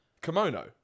Kimono